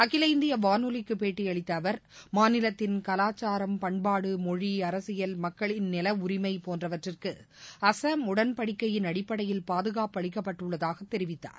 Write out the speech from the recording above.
அகில இந்திய வானொலிக்கு பேட்டியளித்த அவர் மாநிலத்தின் கலாச்சாரம் பண்பாடு மொழி அரசியல் மக்களின் நில உரிமை போன்றவற்றிற்கு அசாம் உடன்படிக்கையின் அடிப்படையில் பாதுகாப்பு அளிக்கப்பட்டுள்ளதாக தெரிவித்தார்